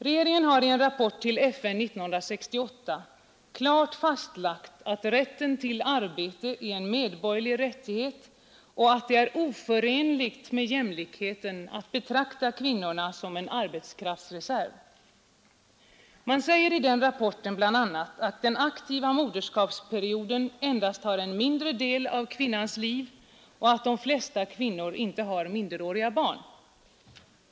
Regeringen har i en rapport till FN 1968 klart fastlagt att rätten till arbete är en medborgerlig rättighet och att det är oförenligt med jämlikheten att betrakta kvinnorna som en arbetskraftsreserv. Man säger i den rapporten bl.a., att den aktiva moderskapsperioden endast tar en mindre del av kvinnans liv och att de flesta kvinnor inte har minderåriga barn.